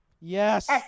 Yes